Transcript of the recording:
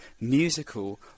musical